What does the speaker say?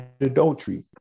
adultery